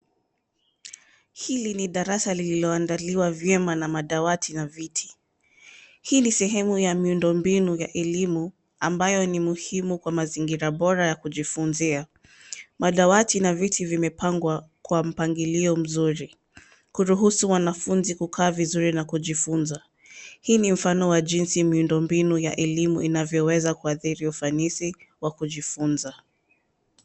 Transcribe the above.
Hili ni darasa lililo adaliwa vyema na madawati na viti .Hii ni sehemu ya muundo mbinu ya elimu , ambayo ni muhumu kwa mazingira bora ya kunjifunzia. Madawati na viti vimepagwa kwa mpangilio mzuri , kuruhusu wanafunzi kukaa vizuri na kujifunza. Hii ni mfano wa jinsi miundo binu ya elimu inavyo weza kwadhiri ufanisi wa kujifunza,